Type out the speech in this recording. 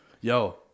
Yo